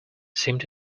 seemed